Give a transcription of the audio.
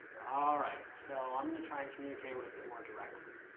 all right. so, i'm gonna try and communicate with it more directly.